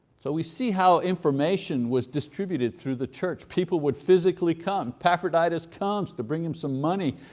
so we see how information was distributed through the church. people would physically come, epaphroditus comes to bring him some money,